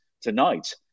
tonight